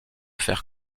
faire